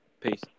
Peace